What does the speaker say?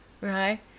Right